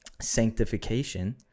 sanctification